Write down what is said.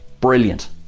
brilliant